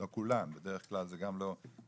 לא כולם, בדרך כלל זה גם לא מספיק.